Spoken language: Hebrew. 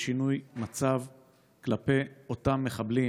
ושינוי מצב כלפי אותם מחבלים,